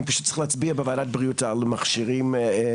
אני פשוט צריך לצאת כדי להצביע בוועדת בריאות על מכשירים רפואיים,